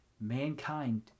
mankind